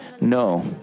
No